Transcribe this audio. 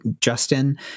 Justin